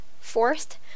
Fourth